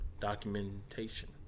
documentation